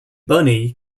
bunny